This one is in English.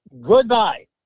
Goodbye